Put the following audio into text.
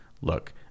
look